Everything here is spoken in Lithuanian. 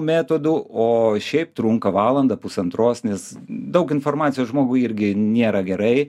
metodu o šiaip trunka valandą pusantros nes daug informacijos žmogui irgi nėra gerai